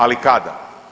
Ali kada?